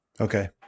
okay